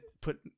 put